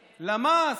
למ"ס,